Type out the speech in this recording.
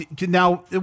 now